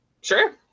Sure